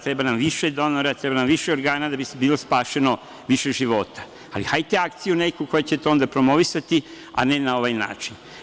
Treba nam više donora, treba nam više organa da bi bilo spašeno više života, ali hajde akciju neku koja će to onda promovisati, a ne na ovaj način.